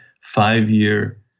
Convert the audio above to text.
five-year